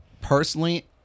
personally